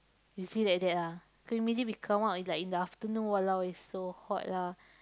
you see like that ah can you imagine come out like in the afternoon !walao! it's so hot lah